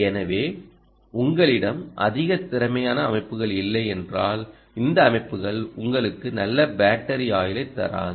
எனவேஉங்களிடம் அதிக திறமையான அமைப்புகள் இல்லையென்றால் இந்த அமைப்புகள் உங்களுக்கு நல்ல பேட்டரி ஆயுளைத் தராது